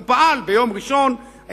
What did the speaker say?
הוא פעל ביום ראשון,